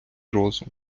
розум